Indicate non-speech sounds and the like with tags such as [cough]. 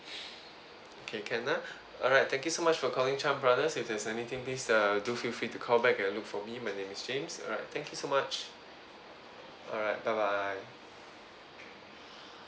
[breath] okay can ah alright thank you so much for calling chan brothers if there's anything please uh do feel free to call back and look for me my name is james alright thank you so much alright bye bye